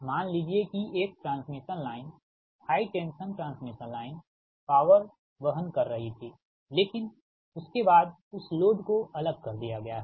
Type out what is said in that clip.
मान लीजिए कि एक transmission line high tension transmission line power वहन कर रही थी लेकिन उसके बाद उस लोड को अलग कर दिया गया है